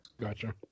Gotcha